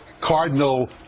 Cardinal